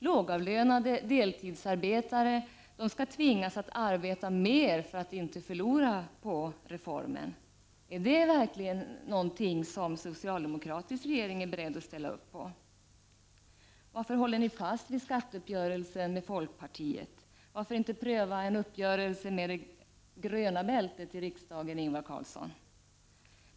Lågavlönade deltidsarbetare skall tvingas att arbeta mer för att inte förlora på reformen. Är det verkligen någonting som en socialdemokratisk regering är beredd att ställa upp på? Varför håller ni fast vid skatteuppgörelsen med folkpartiet? Varför inte pröva en uppgörelse med det gröna bältet i riksdagen, Ingvar Carlsson?